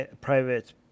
private